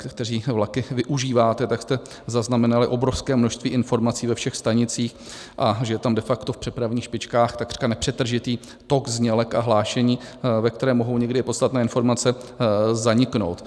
kteří vlaky využíváte, jste zaznamenali obrovské množství informací ve všech stanicích, a že je tam de facto v přepravních špičkách takřka nepřetržitý tok znělek a hlášení, ve kterých mohou někdy podstatné informace zaniknout.